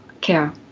care